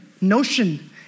notion